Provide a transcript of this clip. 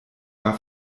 war